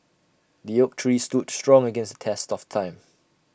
the oak tree stood strong against the test of time